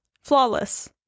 Flawless